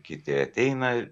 kiti ateina